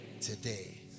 today